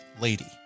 Lady